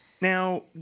now